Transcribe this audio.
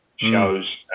shows